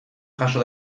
jaso